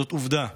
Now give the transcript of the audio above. זאת עובדה.